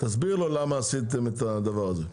גל, תסביר לו למה עשיתם את הדבר הזה?